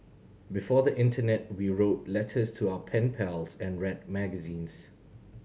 before the internet we wrote letters to our pen pals and red magazines